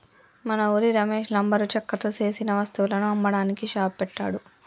మన ఉరి రమేష్ లంబరు చెక్కతో సేసిన వస్తువులను అమ్మడానికి షాప్ పెట్టాడు